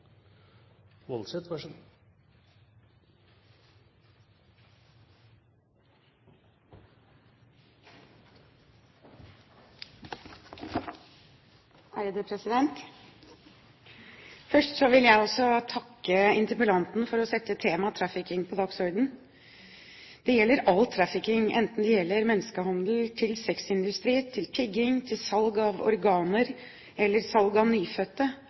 Først vil jeg også takke interpellanten for å sette temaet trafficking på dagsordenen. Det gjelder all trafficking, enten det gjelder menneskehandel til sexindustrien, til tigging, til salg av organer eller salg av nyfødte.